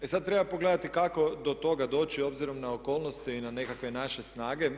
Sad treba pogledati kako do toga doći obzirom na okolnosti i na nekakve naše snage.